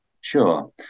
Sure